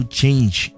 change